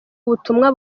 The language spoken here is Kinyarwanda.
ubutumwa